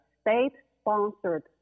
state-sponsored